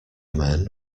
men